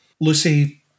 lucy